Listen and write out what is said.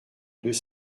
deux